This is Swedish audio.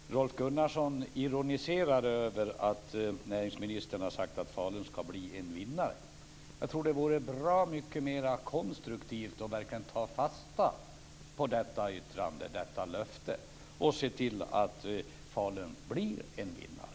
Fru talman! Rolf Gunnarsson ironiserade över att näringsministern har sagt att Falun ska bli en vinnare. Jag tror att det vore bra mycket mer konstruktivt att verkligen ta fasta på detta yttrande, detta löfte, och se till att Falun blir en vinnare.